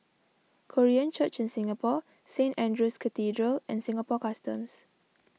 Korean Church in Singapore Saint andrew's Cathedral and Singapore Customs